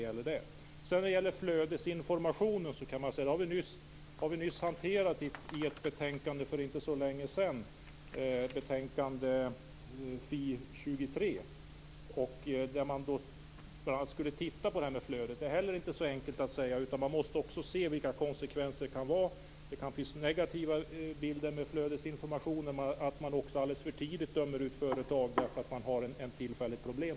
Vi har nyss hanterat frågan om flödesinformation i ett betänkande som kom för inte så länge sedan - betänkande FiU23. Man tittade på frågan om flödet. Det är inte så enkelt. Man måste se vilka konsekvenserna kan vara. Det kan finns något negativt med flödesinformation. Man kanske dömer ut företag alldeles för tidigt därför att de t.ex. har tillfälliga problem.